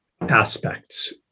aspects